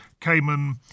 Cayman